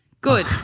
Good